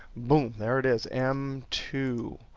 boom, there it is, m two.